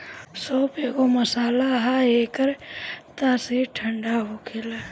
सौंफ एगो मसाला हअ एकर तासीर ठंडा होखेला